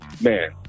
Man